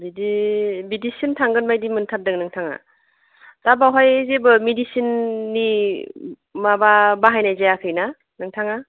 बिदि बिदिसिम थांगोनबादि मोनथारदों नोंथाङा दा बाहाय जेबो मेडिसिननि माबा बाहायनाय जायाखैना नोंथाङा